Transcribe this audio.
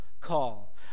call